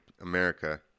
America